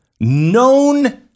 known